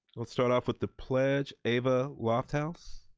let's start off with the pledge, ava lofthouse.